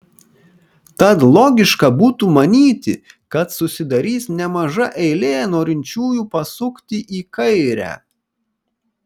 tad logiška būtų manyti kad susidarys nemaža eilė norinčiųjų pasukti į kairę